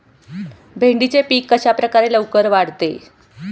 भेंडीचे पीक कशाप्रकारे लवकर वाढते?